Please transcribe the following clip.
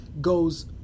goes